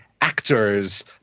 actors